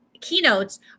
keynotes